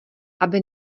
aby